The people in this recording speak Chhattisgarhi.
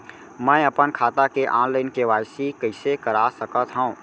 मैं अपन खाता के ऑनलाइन के.वाई.सी कइसे करा सकत हव?